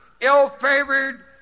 ill-favored